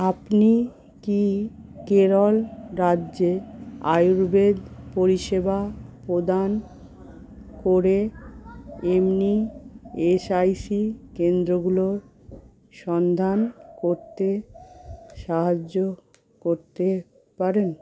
আপনি কি কেরল রাজ্যে আয়ুর্বেদ পরিষেবা প্রদান করে এমনি এসআইসি কেন্দ্রগুলোর সন্ধান করতে সাহায্য করতে পারেন